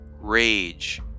Rage